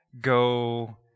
go